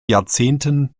jahrzehnten